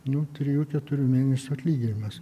nu trijų keturių mėnesių atlyginimas